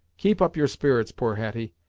keep up your spirits, poor hetty,